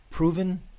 Proven